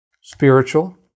spiritual